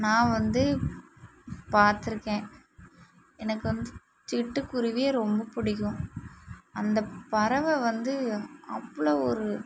நான் வந்து பாத்திருக்கேன் எனக்கு வந்து சிட்டுக்குருவியை ரொம்ப பிடிக்கும் அந்தப்பறவை வந்து அவ்வளோ ஒரு